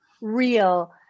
real